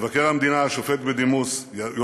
מבקר המדינה יוסף שפירא,